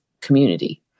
community